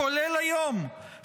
כולל היום,